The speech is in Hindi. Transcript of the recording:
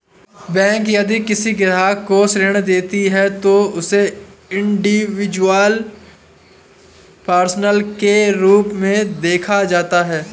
बैंक यदि किसी ग्राहक को ऋण देती है तो उसे इंडिविजुअल पर्सन के रूप में देखा जाता है